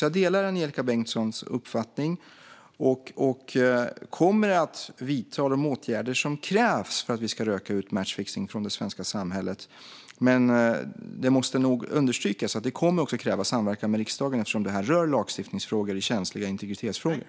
Jag delar Angelika Bengtssons uppfattning och kommer att vidta de åtgärder som krävs för att vi ska röka ut matchfixningen från det svenska samhället. Men det måste nog understrykas att detta kommer att kräva samverkan med riksdagen eftersom det rör lagstiftningsfrågor och känsliga integritetsfrågor.